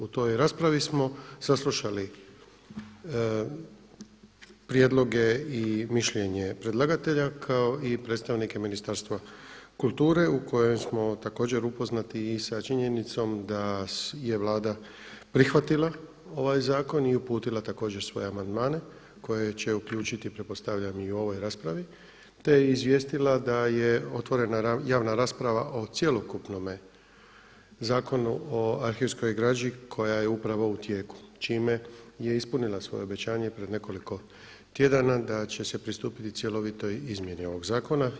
U toj raspravi smo saslušali prijedloge i mišljenje predlagatelja kao i predstavnike Ministarstva kulture u kojem smo također upoznati i sa činjenicom da je Vlada prihvatila ovaj zakon i uputila također svoje amandmane koje će uključiti pretpostavljam i u ovoj raspravi te je izvijestila da je otvorena javna rasprava o cjelokupnome Zakonu o arhivskoj građi koja je upravo u tijeku čime je ispunila svoje obećanje pred nekoliko tjedana da će se pristupiti cjelovitoj izmjeni ovog zakona.